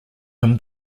him